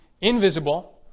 invisible